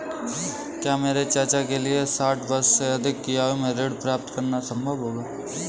क्या मेरे चाचा के लिए साठ वर्ष से अधिक की आयु में ऋण प्राप्त करना संभव होगा?